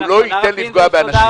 ולא ייתן לפגוע באנשים.